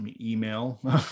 email